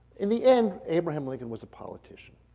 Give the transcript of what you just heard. in the end, abraham lincoln was a politician.